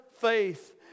faith